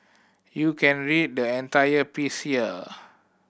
you can read the entire piece here